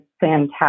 fantastic